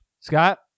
Scott